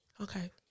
okay